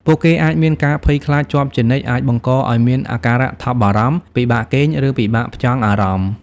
ពួកគេអាចមានការភ័យខ្លាចជាប់ជានិច្ចអាចបង្កឱ្យមានអាការៈថប់បារម្ភ ពិបាកគេង ឬពិបាកផ្ចង់អារម្មណ៍។